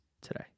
today